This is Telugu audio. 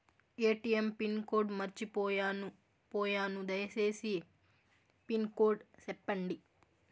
ఎ.టి.ఎం పిన్ కోడ్ మర్చిపోయాను పోయాను దయసేసి పిన్ కోడ్ సెప్పండి?